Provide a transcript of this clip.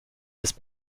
his